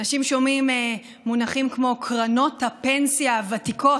אנשים שומעים מונחים כמו "קרנות הפנסיה הוותיקות",